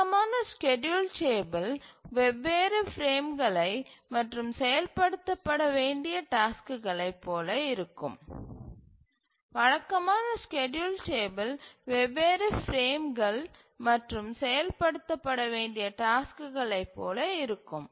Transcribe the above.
வழக்கமான schedule table வெவ்வேறு பிரேம்கள் மற்றும் செயல்படுத்தப்பட வேண்டிய டாஸ்க்குகளை போல இருக்கும்